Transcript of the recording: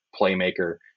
playmaker